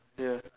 ya